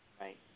Right